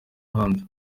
hanze